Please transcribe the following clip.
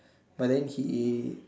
but then he